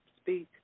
speak